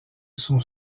sont